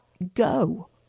go